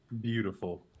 Beautiful